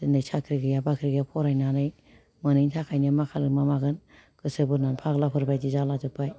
दिनै साख्रि गैया बाख्रि गैया फरायनानै मोनैनि थाखायनो मा खालामगोन मा मागोन गोसो बोरनानै फाग्लाफोरबायदि जालाजोबबाय